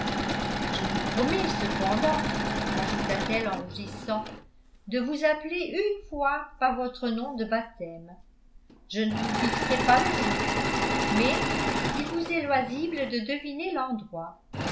je vous promets cependant ajouta-t-elle en rougissant de vous appeler une fois par votre nom de baptême je ne vous fixerai pas le jour mais il vous est loisible de deviner l'endroit